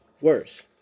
Worse